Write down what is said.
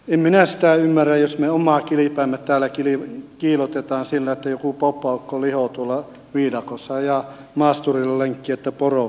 en minä sitä ymmärrä jos me omaa kilpeämme täällä kiillotamme sillä että joku poppaukko lihoo tuolla viidakossa ja ajaa maasturilla lenkkiä että poro pyörii